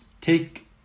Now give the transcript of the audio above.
take